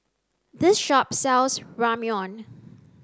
this shop sells Ramyeon